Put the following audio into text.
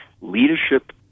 Leadership